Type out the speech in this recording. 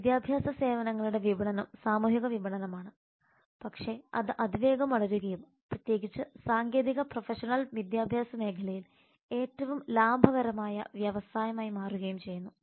വിദ്യാഭ്യാസ സേവനങ്ങളുടെ വിപണനം സാമൂഹിക വിപണനമാണ് പക്ഷേ അത് അതിവേഗം വളരുകയും പ്രത്യേകിച്ച് സാങ്കേതിക പ്രൊഫഷണൽ വിദ്യാഭ്യാസ മേഖലയിൽ ഏറ്റവും ലാഭകരമായ വ്യവസായമായി മാറുകയും ചെയ്യുന്നു